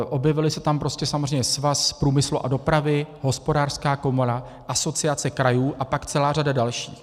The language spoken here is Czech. Objevily se tam prostě samozřejmě Svaz průmyslu a dopravy, Hospodářská komora, Asociace krajů a pak celá řada dalších.